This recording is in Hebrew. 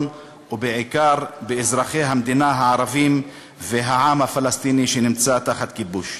ובעיקר באזרחי המדינה הערבים והעם הפלסטיני שנמצא תחת כיבוש.